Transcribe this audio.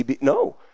No